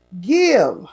give